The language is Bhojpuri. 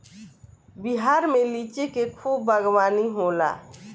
बिहार में लिची के खूब बागवानी होला